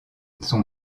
son